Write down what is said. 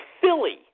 Philly